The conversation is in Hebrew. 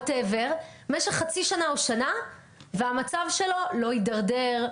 וואטאבר במשך חצי שנה או שנה והמצב שלו לא ידרדר,